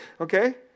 okay